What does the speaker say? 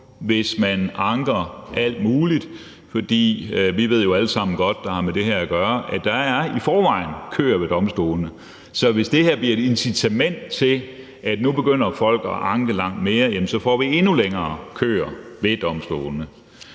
hvis man anker alt muligt, for vi, der har med det her at gøre, ved jo alle sammen godt, at der i forvejen er køer ved domstolene. Så hvis det her bliver et incitament til, at nu begynder folk at anke langt mere, jamen så får vi endnu længere køer ved domstolene.